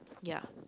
ya